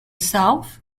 south